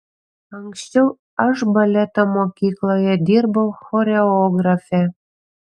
anksčiau aš baleto mokykloje dirbau choreografe